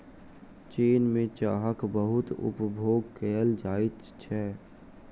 चीन में चाहक बहुत उपभोग कएल जाइत छै